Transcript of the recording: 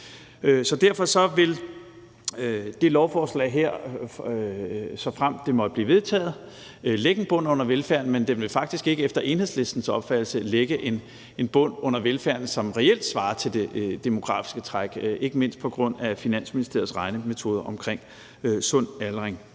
Derfor vil det her lovforslag, såfremt det måtte blive vedtaget, lægge en bund under velfærden, men det vil faktisk ikke efter Enhedslistens opfattelse lægge en bund under velfærden, som reelt svarer til det demografiske træk – ikke mindst på grund af Finansministeriets regnemetoder omkring sund aldring.